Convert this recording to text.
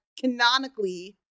canonically